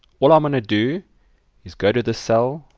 all i'm going to do is go to the cell,